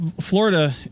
Florida